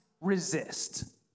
resist